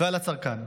ועל הצרכן.